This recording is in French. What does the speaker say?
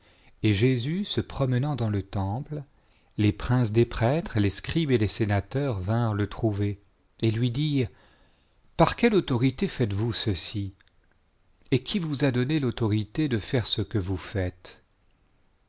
et jésus se promenant dans le temple les princes des prêtresles scribeset les sénateurs vinrent le trouver et lui dirent par quelle autorité faites vous ceci et qui vous a donné l'autorité de faire ce que vous faites